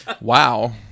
Wow